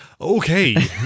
Okay